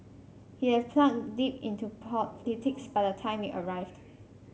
he had plunged deep into politics by the time we arrived